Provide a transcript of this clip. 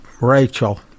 Rachel